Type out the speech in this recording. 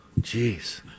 Jeez